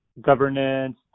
governance